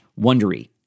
Wondery